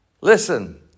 Listen